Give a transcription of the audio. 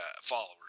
followers